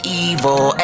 evil